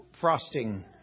Frosting